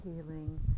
healing